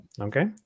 okay